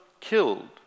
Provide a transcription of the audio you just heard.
killed